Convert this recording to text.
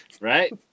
Right